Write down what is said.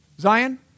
Zion